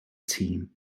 tîm